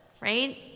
right